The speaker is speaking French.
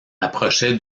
approchait